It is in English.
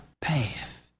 path